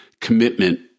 commitment